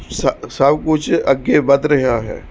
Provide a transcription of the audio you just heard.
ਸ ਸਭ ਕੁਛ ਅੱਗੇ ਵੱਧ ਰਿਹਾ ਹੈ